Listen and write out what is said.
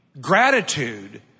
gratitude